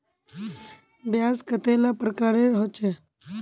ब्याज कतेला प्रकारेर होचे?